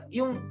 yung